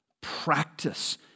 Practice